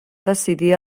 decidir